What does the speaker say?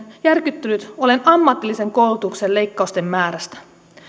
järkyttynyt olen ammatillisen koulutuksen leikkausten määrästä